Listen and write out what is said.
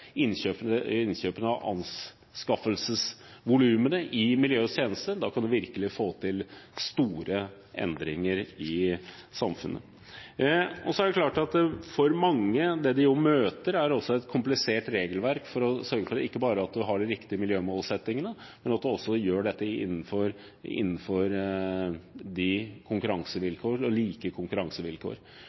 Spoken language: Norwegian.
innkjøpene og anskaffelsesvolumene inn i miljøets tjeneste, kan du virkelig få til store endringer i samfunnet. Så er det klart at for mange er det man møter, et komplisert regelverk. Ikke bare skal man sørge for at man har de riktige miljømålsettingene, men man skal også gjøre dette innenfor like konkurransevilkår.